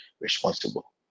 responsible